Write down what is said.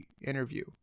interview